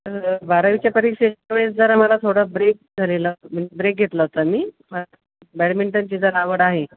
तर बारावीच्या परीक्षेच्या वेळेस जरा मला थोडं ब्रेक झालेला म्हणजे ब्रेक घेतला होतां मी बॅडमिंटनची जरा आवड आहे